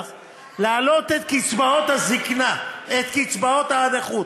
להעלות את קצבאות הנכות